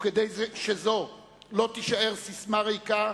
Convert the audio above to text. וכדי שזו לא תישאר ססמה ריקה,